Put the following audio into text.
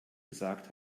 gesagt